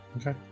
Okay